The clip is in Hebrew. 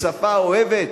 בשפה אוהבת.